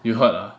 you heard ah